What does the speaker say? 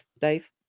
Dave